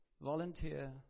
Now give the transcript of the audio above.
volunteer